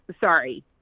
Sorry